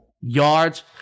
yards